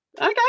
okay